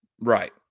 Right